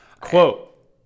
Quote